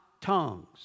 tongues